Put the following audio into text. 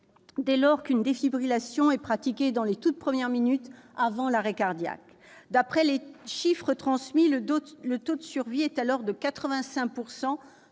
si une défibrillation était pratiquée dans les toutes premières minutes suivant l'arrêt cardiaque. D'après les chiffres transmis, le taux de survie est alors de 85